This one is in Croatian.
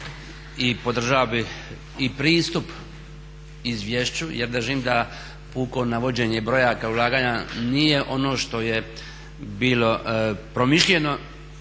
i podržao bih i pristup izvješću jer držim da puko navođenje brojaka ulaganja nije ono što je bilo promišljeno